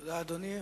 תודה, אדוני.